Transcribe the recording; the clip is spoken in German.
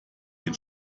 den